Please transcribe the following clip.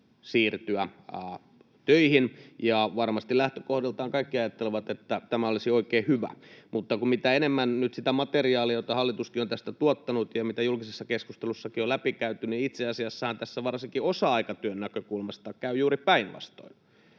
siirtyä töihin. Varmasti lähtökohdiltaan kaikki ajattelevat, että tämä olisi oikein hyvä, mutta kun on enemmän nyt sitä materiaalia, jota hallituskin on tästä tuottanut — ja mitä julkisessa keskustelussakin on läpikäyty — niin itse asiassahan tässä varsinkin osa-aikatyön näkökulmasta käy juuri päinvastoin: